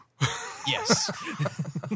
Yes